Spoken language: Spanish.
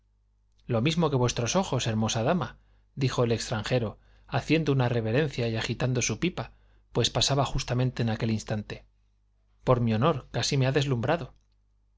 lo mismo que vuestros ojos hermosa dama dijo el extranjero haciendo una reverencia y agitando su pipa pues pasaba justamente en aquel instante por mi honor casi me han deslumbrado